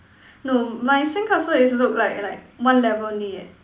no my sandcastle is look like like one level only eh